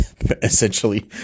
Essentially